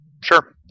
Sure